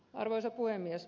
arvoisa puhemies